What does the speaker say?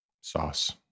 Sauce